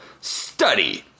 study